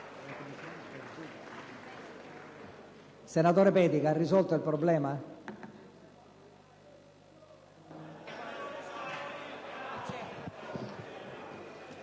Senatore Pedica, ha risolto il problema?